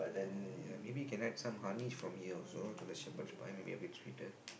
eh ya maybe can add some honey from here also to the Shepherd's pie maybe a bit sweeter